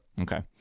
Okay